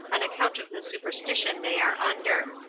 on account of the superstition they are under.